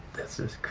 this is